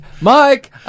Mike